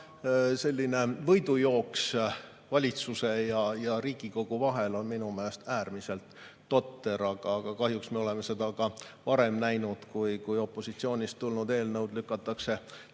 Selline võidujooks valitsuse ja Riigikogu vahel on minu meelest äärmiselt totter, aga kahjuks me oleme seda ka varem näinud. Opositsioonist tulnud eelnõud lükatakse tagasi,